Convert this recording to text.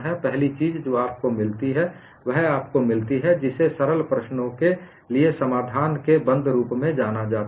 पहली चीज जो आपको मिलती है वह आपको मिलती है जिसे सरल प्रश्नों के लिए समाधान के बंद रूप में जाना जाता है